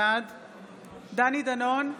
בעד דני דנון,